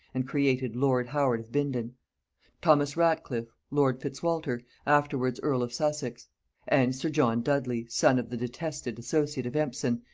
and created lord howard of bindon thomas ratcliffe lord fitzwalter, afterwards earl of sussex and sir john dudley, son of the detested associate of empson,